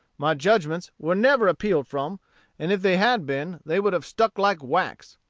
my judgments were never appealed from and if they had been, they would have stuck like wax,